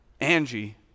Angie